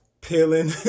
Peeling